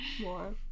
more